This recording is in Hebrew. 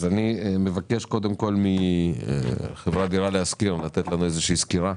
אני מבקש מחברת דירה להשכיר לתת לנו איזו שהיא סקירה.